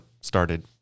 started